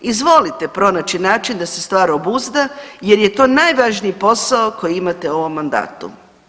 Izvolite pronaći način da se stvar obuzda jer je to najvažniji posao koji imate u ovom mandatu.